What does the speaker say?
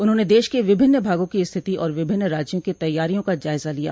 उन्होंने देश के विभिन्न भागों की स्थिति और विभिन्न राज्यों की तैयारियों का जायजा लिया